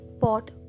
pot